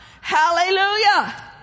Hallelujah